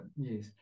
yes